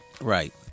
Right